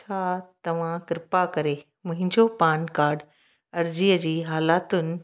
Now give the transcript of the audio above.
छा तव्हां कृपा करे मुंहिंजो पान कार्ड अर्ज़ीअ जी हालतुनि